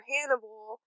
Hannibal